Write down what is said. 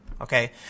okay